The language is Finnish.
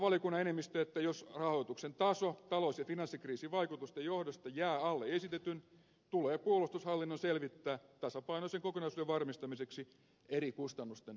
toteaahan valiokunnan enemmistö että jos rahoituksen taso talous ja finanssikriisin vaikutusten johdosta jää alle esitetyn tulee puolustushallinnon selvittää tasapainoisen kokonaisuuden varmistamiseksi eri kustannusten alentamisvaihtoehtoja